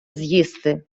з’їсти